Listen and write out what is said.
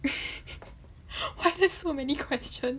why is there so many question